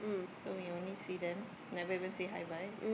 so we only see them never even say hi bye